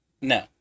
No